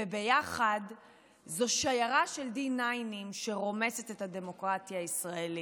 וביחד הן שיירה של D9 שרומסת את הדמוקרטיה הישראלית.